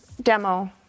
demo